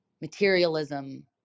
materialism